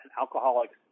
alcoholics